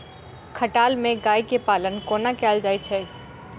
खटाल मे गाय केँ पालन कोना कैल जाय छै?